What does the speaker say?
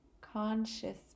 conscious